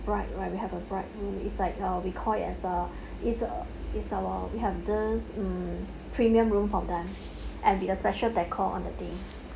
bride right we have a bride room it's like uh we call it as a it's a it's our we have this um premium room for them and with a special deco on the day